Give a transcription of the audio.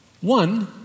One